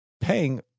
paying